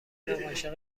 عاشق